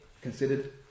considered